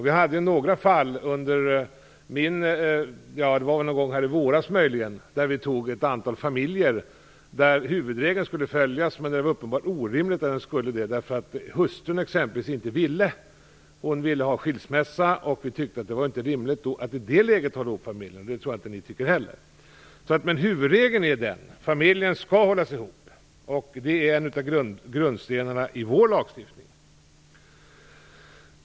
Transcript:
Vi hade några fall - det var väl någon gång i våras - med några familjer där huvudregeln skulle följas, men där det var uppenbart orimligt att så skedde. Hustrun ville exempelvis ha skilsmässa, och vi tyckte då att det inte var rimligt i det läget att hålla ihop familjerna. Det tror jag inte någon annan tycker heller. Men huvudregeln är: Familjen skall hållas ihop. Det är en av grundstenarna i vår lagstiftning.